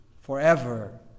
forever